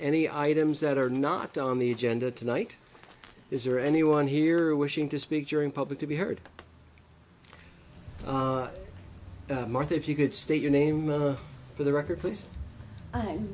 any items that are not on the agenda tonight is there anyone here wishing to speak during public to be heard martha if you could state your name for the record please i